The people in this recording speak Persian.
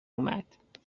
اومد